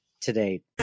today